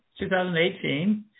2018